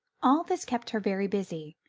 all this kept her very busy,